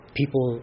people